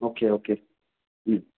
okay okay um